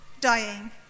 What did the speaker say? Dying